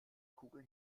kugeln